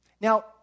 Now